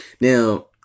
Now